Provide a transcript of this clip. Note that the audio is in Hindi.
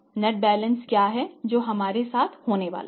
नेट बैलेंस क्या है जो हमारे साथ होने वाला है